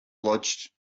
lodged